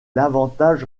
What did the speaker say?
l’avantage